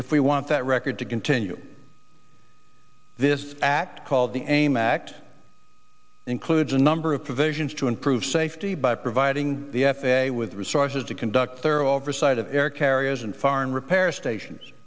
if we want that record to continue this act called the aim act includes a number of provisions to improve safety by providing the f a a with the resources to conduct thorough oversight of air carriers and foreign repair stations